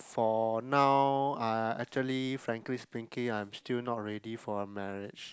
for now ah actually frankly speaking I'm still not ready for a marriage